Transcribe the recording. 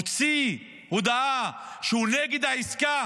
הוא מוציא הודעה שהוא נגד העסקה?